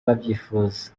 babyifuza